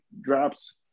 drops